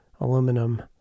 aluminum